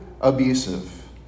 abusive